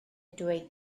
dweud